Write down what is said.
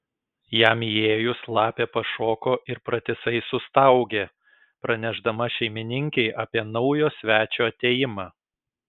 jam įėjus lapė pašoko ir pratisai sustaugė pranešdama šeimininkei apie naujo svečio atėjimą